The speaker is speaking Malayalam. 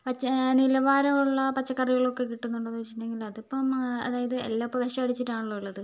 പക്ഷേ നിലവാരമുള്ള പച്ചക്കറികളൊക്കെ കിട്ടുന്നുണ്ടോന്നു വെച്ചിട്ടുണ്ടെങ്കില് അതിപ്പോൾ അതായത് എല്ലാം ഇപ്പം വിഷം അടിച്ചിട്ടാണല്ലോ ഉള്ളത്